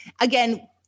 again